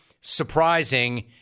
surprising